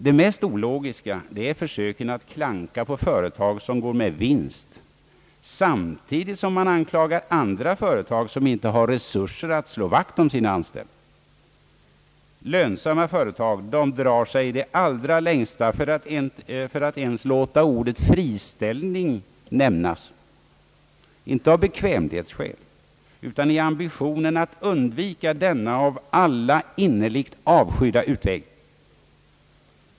Det mest ologiska är försöken att klanka på företag som går med vinst samtidigt som man anklagar andra företag som inte har resurser att slå vakt kring sina anställda, Lönsamma företag drar sig i det allra längsta för att ens låta ordet friställning nämnas, inte av bekvämlighetsskäl utan i ambition att undvika denna av alla innerligt avskydda utväg.